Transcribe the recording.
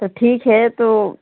तो ठीक है तो